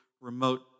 remote